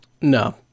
No